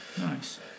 Nice